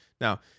Now